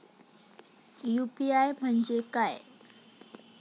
UPI म्हणजे काय?